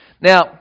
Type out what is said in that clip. Now